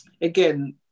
again